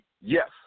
Yes